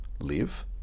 live